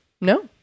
No